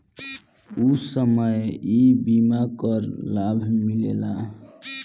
ऊ समय ई बीमा कअ लाभ मिलेला